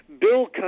Bill